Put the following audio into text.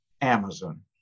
Amazon